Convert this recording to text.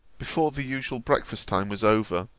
before the usual breakfast-time was over,